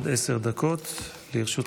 בבקשה, עד עשר דקות לרשותך.